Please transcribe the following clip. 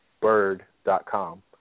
Bird.com